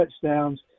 touchdowns